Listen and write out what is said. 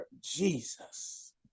Jesus